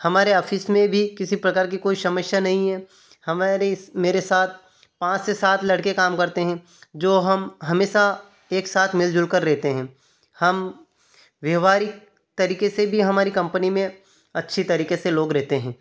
हमारे ऑफिस में भी किसी प्रकार की कोई समस्या नहीं है हमारी मेरे साथ पाँच से सात लड़के काम करते हैं जो हम हमेशा एक साथ मिलजुल कर रहते हैं हम व्यावहारिक तरीके से भी हमारी कंपनी में अच्छी तरीके से लोग रहते हैं